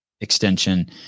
extension